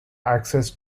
access